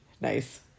Nice